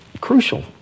Crucial